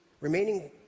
remaining